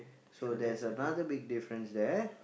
so there's another big difference there